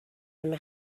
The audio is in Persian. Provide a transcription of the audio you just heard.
همه